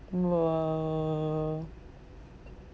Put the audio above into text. !whoa!